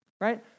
right